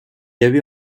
avait